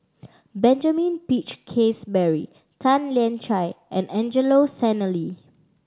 Benjamin Peach Keasberry Tan Lian Chye and Angelo Sanelli